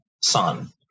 son